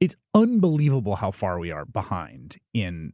it's unbelievable how far we are, behind in